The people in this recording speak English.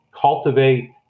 cultivate